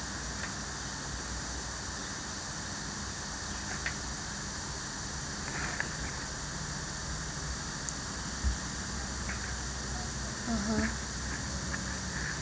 (uh huh)